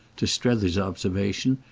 to strether's observation,